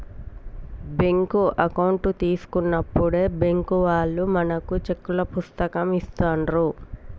bank account తీసుకున్నప్పుడే bank వాళ్ళు మనకు చెక్కుల పుస్తకం ఇస్తాండ్రు